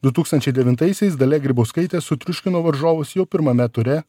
du tūkstančiai devintaisiais dalia grybauskaitė sutriuškino varžovus jau pirmame ture